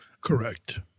Correct